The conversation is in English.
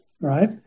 right